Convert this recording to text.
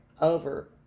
over